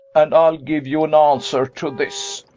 and i'll give you an answer to this.